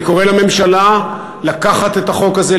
אני קורא לממשלה לקחת את החוק הזה,